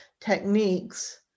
techniques